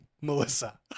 Melissa